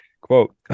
Quote